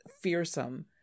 fearsome